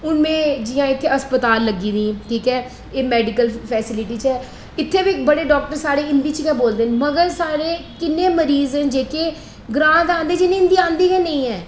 में जियां इत्थै हस्पताल लग्गी दी ते एह् मेडिकल फेसीलिटी च ऐ इत्थै बी बड़े डाॅक्टर साढ़े हिंदी च गै बोलदे मगर साढ़े किन्ने मरीज न जेह्के ग्रां दा औंदे जि''नें गी हिंदी औंदी गै नेईं ऐ